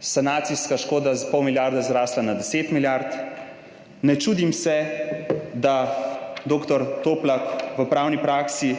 sanacijska škoda za pol milijarde zrasla na deset milijard, ne čudim se da dr. Toplak v pravni praksi